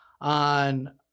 on